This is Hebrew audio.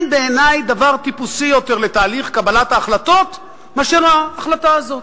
אין בעיני דבר טיפוסי יותר לתהליך קבלת ההחלטות מאשר ההחלטה הזאת.